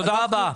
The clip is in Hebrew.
תודה רבה.